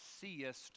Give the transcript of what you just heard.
seest